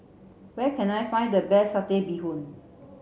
where can I find the best satay bee hoon